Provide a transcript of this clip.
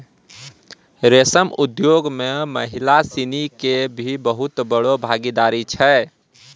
रेशम उद्योग मॅ महिला सिनि के भी बहुत बड़ो भागीदारी छै